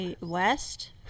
West